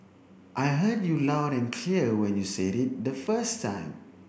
I heard you loud and clear when you said it the first time